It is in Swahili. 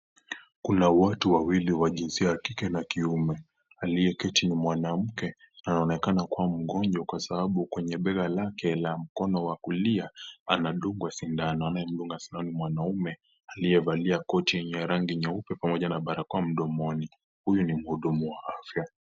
Kuna watu wawili wa jinsia ya kike na kiume, aliyeketi ni mwanamke anaonekana kuwa mgonjwa kwa sababu kwenye bega lake la mkono wa kulia anadungwa sindano, anayemdunga sindano ni mwanamme aliyevalia kori lenye rangi nyeupe pamoja na barakoa mdomoni, huyu ni mhudumu wa afya.